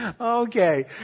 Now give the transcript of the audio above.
Okay